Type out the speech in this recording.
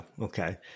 Okay